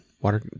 water